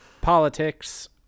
politics